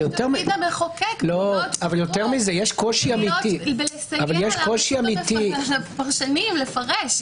תפקיד המחוקק להיות ברור, לסייע לפרשנים לפרש.